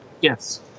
Yes